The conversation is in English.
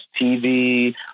TV